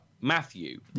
Matthew